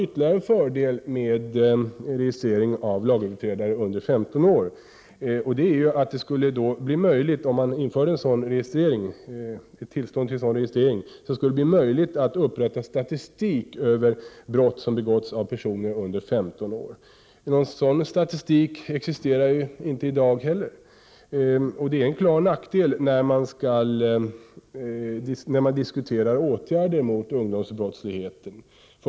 Ytterligare en fördel med registrering av lagöverträdare under 15 år är att det då skulle bli möjligt att upprätta statistik över brott som begåtts av personer under 15 år. Sådan statistik existerar inte i dag. Det är en klar nackdel när man diskuterar åtgärder mot ungdomsbrottsligheten.